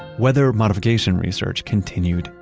weather modification research continued,